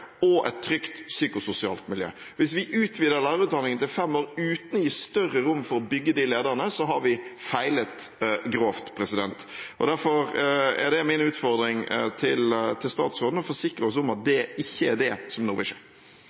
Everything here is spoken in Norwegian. og et trygt psykososialt miljø? Hvis vi utvider lærerutdanningen til fem år uten å gi større rom for å bygge de lederne, så har vi feilet grovt. Derfor er det min utfordring til statsråden – å forsikre oss om at det ikke er det som nå vil